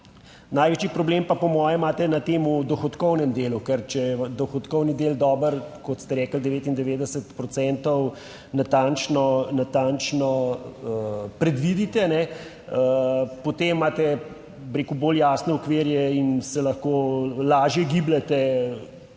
Največji problem pa po mojem imate na tem dohodkovnem delu, ker če je dohodkovni del dober, kot ste rekli 99 procentov natančno predvidite, potem imate, bi rekel, bolj jasne okvirje in se lahko lažje gibljete